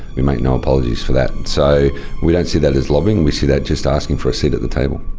we make no apologies for that. so we don't see that as lobbying, we see that just asking for a seat at the table.